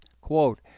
Quote